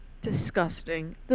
Disgusting